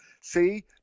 See